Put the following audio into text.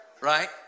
Right